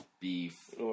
beef